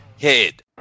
head